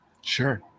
Sure